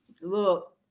Look